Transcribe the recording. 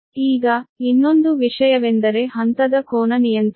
ಈಗ ಇನ್ನೊಂದು ವಿಷಯವೆಂದರೆ ಹಂತದ ಕೋನ ನಿಯಂತ್ರಣ